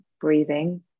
breathing